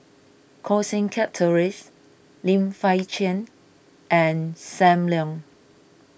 Koh Seng Kiat Terence Lim Fei Shen and Sam Leong